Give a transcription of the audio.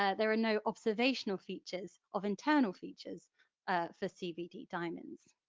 ah there are no observational features of internal features ah for cvd diamonds.